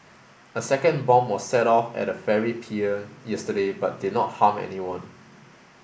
a second bomb was set off at a ferry pier yesterday but did not harm anyone